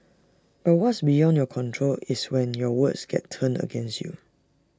but what's beyond your control is when your words get turned against you